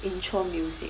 intro music